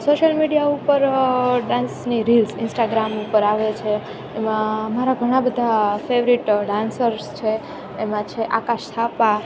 social media ઉપર ડાન્સની reels Instagram ઉપર આવે છે એમાં મારા ઘણાં બધાં ફેવરેટ ડાન્સર્સ છે એમાં છે આકાશ થાપા